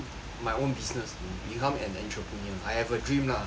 my own business become an entrepreneur I have a dream lah